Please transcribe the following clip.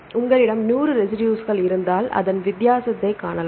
உங்களிடம் 100 ரெசிடுஸ்கள் இருந்தால் அதன் வித்தியாசத்தைக் காணலாம்